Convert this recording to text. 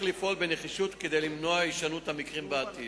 לפעול בנחישות כדי למנוע הישנות המקרים בעתיד.